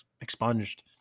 expunged